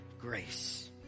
grace